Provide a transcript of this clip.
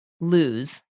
lose